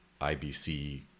IBC